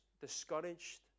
discouraged